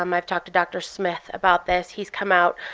um i've talked to dr. smith about this. he's come out.